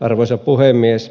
arvoisa puhemies